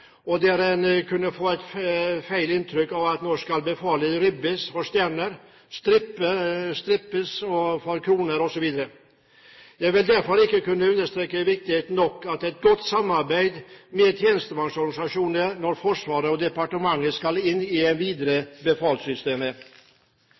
Der kunne en få et galt inntrykk, nemlig at nå skal befalet ribbes for stjerner, striper, kroner osv. Jeg kan derfor ikke nok understreke viktigheten av et godt samarbeid med tjenestemannsorganisasjonene når Forsvaret og departementet skal inn og vurdere befalssystemet. Hvis jeg skal tillate meg å reflektere litt rundt en